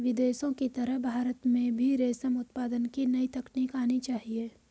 विदेशों की तरह भारत में भी रेशम उत्पादन की नई तकनीक आनी चाहिए